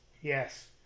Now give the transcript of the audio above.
yes